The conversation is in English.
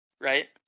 right